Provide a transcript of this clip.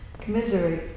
commiserate